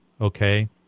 Okay